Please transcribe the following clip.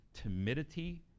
timidity